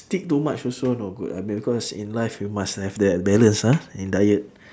steak too much also not good ah because in life you must have that balance ah in diet